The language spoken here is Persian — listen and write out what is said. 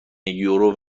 یورو